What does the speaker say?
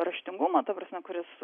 raštingumą ta prasme kuris